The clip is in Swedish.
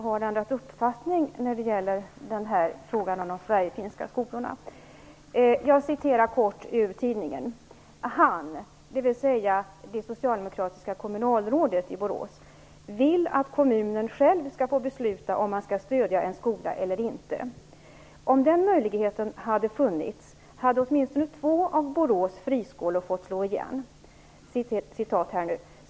Han syftar på det socialdemokratiska kommunalrådet i Borås, Ulf Olsson: "Han vill att kommunen själv ska få besluta om man ska stödja en skola eller inte. Om den möjligheten funnits hade åtminstone två av Borås friskolor fått slå igen.